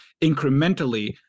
incrementally